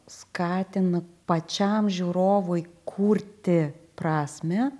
skatina pačiam žiūrovui kurti prasmę